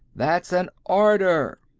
that's an order!